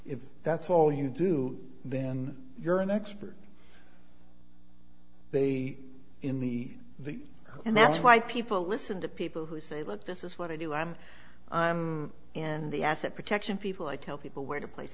if that's all you do then you're an expert in the the and that's why people listen to people who say look this is what i do i'm in the asset protection people i tell people where to place